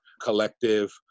collective